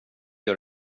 gör